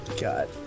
God